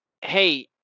hey